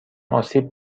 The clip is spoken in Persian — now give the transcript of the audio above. آسیب